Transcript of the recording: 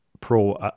pro